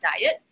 diet